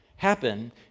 happen